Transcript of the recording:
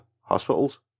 hospitals